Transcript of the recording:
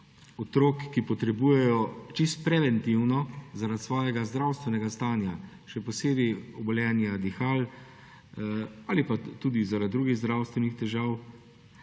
otrok, ki potrebujejo čisto preventivno zaradi svojega zdravstvenega stanja, še posebej obolenja dihal, pa tudi zaradi drugih zdravstvenih težav,